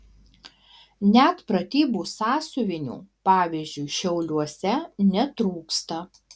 net pratybų sąsiuvinių pavyzdžiui šiauliuose netrūksta